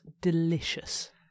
delicious